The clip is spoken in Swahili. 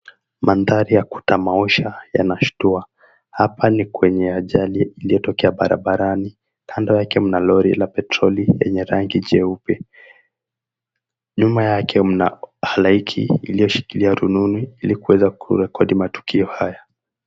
Maandhari ya kutamausha yanashtua. Hapa ni kwenye ajali iliyotokea barabarani, kando yake mna lori la petroli yenye rangi jeupe. Nyuma yake mna halaiki iliyoshikilia rununu ilikuweza kurekodi matukio haya.